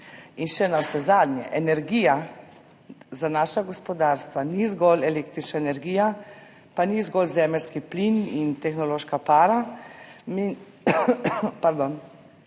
0,8 %. Navsezadnje, energija za naša gospodarstva ni zgolj električna energija in nista zgolj zemeljski plin in tehnološka para.